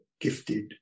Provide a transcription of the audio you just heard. gifted